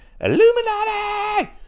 Illuminati